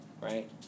Right